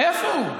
נו, אז איפה הוא?